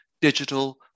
digital